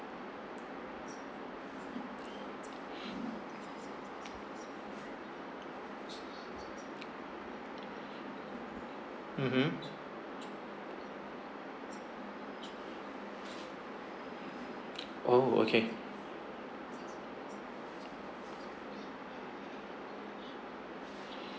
mmhmm oh okay